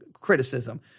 criticism